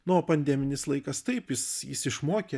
na o pandeminis laikas taip jis jis išmokė